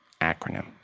acronym